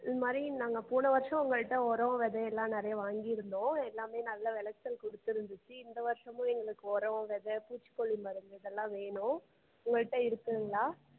இந்த மாதிரி நாங்கள் போன வருடம் உங்கள்கிட்ட உரோம் வெதை எல்லாம் நிறையா வாங்கியிருந்தோம் எல்லாமே நல்லா வெளைச்சல் கொடுத்துருந்துச்சி இந்த வருஷமும் எங்களுக்கு உரோம் வெதை பூச்சிக்கொல்லி மருந்து இதெல்லாம் வேணும் உங்கள்கிட்ட இருக்குதுங்களா